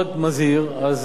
אז תודה רבה,